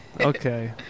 Okay